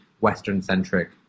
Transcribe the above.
Western-centric